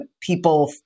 people